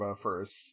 first